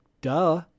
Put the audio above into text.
duh